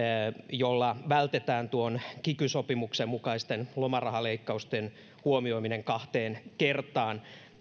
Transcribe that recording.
jolla vältetään kiky sopimuksen mukaisten lomarahaleikkausten huomioiminen kahteen kertaan